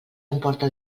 emporta